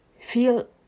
feel